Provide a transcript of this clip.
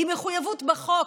היא מחויבות בחוק,